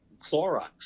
Clorox